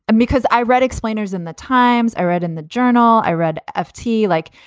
and because i read explainers in the times, i read in the journal, i read f t. like,